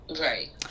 right